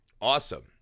awesome